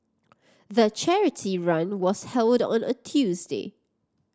the charity run was held on a Tuesday